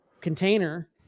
container